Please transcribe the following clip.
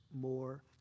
more